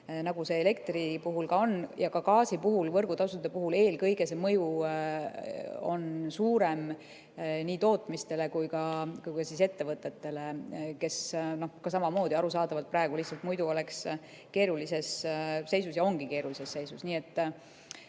nagu see on elektri puhul. Ka gaasi võrgutasude puhul eelkõige see mõju on suurem nii tootmisele kui ka ettevõtetele, kes samamoodi arusaadavalt praegu lihtsalt muidu oleks keerulises seisus ja ongi keerulises seisus.